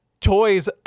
toys